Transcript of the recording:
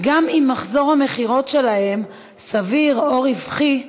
כי גם אם מחזור המכירות שלהם סביר או רווחי,